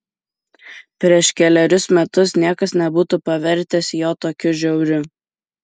prieš kelerius metus niekas nebūtų pavertęs jo tokiu žiauriu